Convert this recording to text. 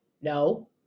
No